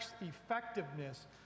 effectiveness